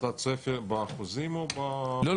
את הצפי באחוזים או ב- -- לא,